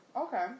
okay